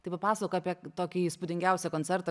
tai papasakok apie tokį įspūdingiausią koncertą